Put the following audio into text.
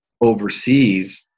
overseas